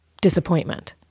disappointment